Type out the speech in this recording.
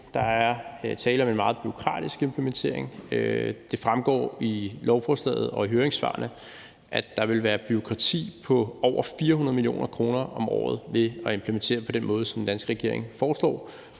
Der er tale om en meget bureaukratisk implementering. Det fremgår af lovforslaget og høringssvarene, at der vil være bureaukrati for over 400 mio. kr. om året ved at implementere på den måde, som den danske regering foreslår,